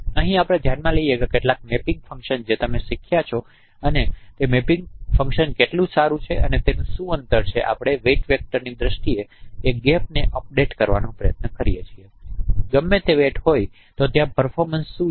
અહીં આપણે ધ્યાનમાં લઈએ કે કેટલાક મેપિંગ ફંક્શન જે તમે શીખ્યા છો અને તે મેપિંગ ફંક્શન કેટલું સારું છે અને તેનું શું અંતર છે આપણે વેટ વેક્ટરની દ્રષ્ટિએ ગેપને અપડેટ કરવાનો પ્રયત્ન કરીએ છીએ ગમે તે વેટ હોય ત્યાં પર્ફોમન્સ શું છે